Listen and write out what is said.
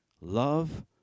Love